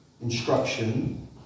instruction